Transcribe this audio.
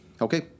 Okay